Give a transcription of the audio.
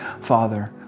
Father